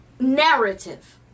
narrative